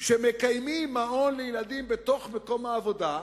שמקיימים מעון לילדים בתוך מקום העבודה,